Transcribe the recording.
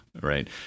Right